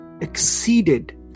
exceeded